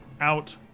out